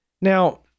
Now